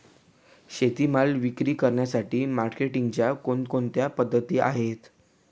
शेतीमाल विक्री करण्यासाठी मार्केटिंगच्या कोणकोणत्या पद्धती आहेत?